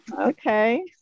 Okay